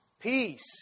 peace